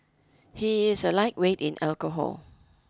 he is a lightweight in alcohol